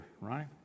right